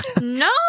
No